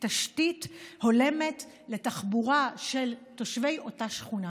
תשתית הולמת לתחבורה של תושבי אותה שכונה.